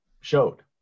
showed